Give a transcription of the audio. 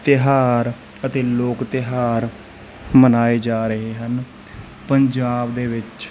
ਤਿਉਹਾਰ ਅਤੇ ਲੋਕ ਤਿਉਹਾਰ ਮਨਾਏ ਜਾ ਰਹੇ ਹਨ ਪੰਜਾਬ ਦੇ ਵਿੱਚ